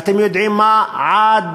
ואפילו בשנות ה-70, ואתם יודעים מה, עד